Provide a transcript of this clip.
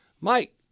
Mike